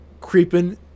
creeping